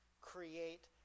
create